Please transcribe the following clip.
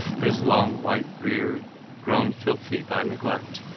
his long white beard grown filthy by neglect.